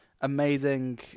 amazing